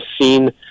seen